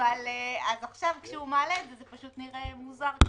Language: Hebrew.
עכשיו כשהוא מעלה את זה, זה נראה מוזר.